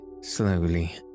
slowly